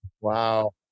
Wow